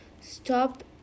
stop